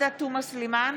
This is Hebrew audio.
סלימאן,